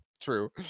true